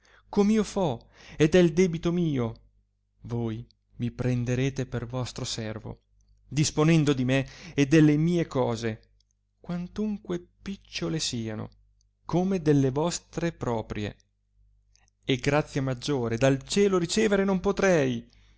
mia com io fo ed è il debito mio voi mi prenderete per vostro servo disponendo e di me e delle cose mie quantunque picciole siano come delle vostre proprie e grazia maggiore dal cielo ricevere non potrei